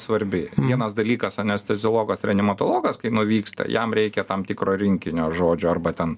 svarbi vienas dalykas anesteziologas reanimatologas kai nuvyksta jam reikia tam tikro rinkinio žodžio arba ten